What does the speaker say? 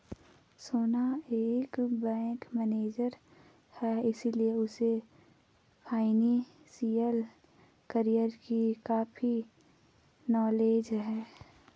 सोनू एक bank manager है इसीलिए उसे फाइनेंशियल कैरियर की काफी नॉलेज है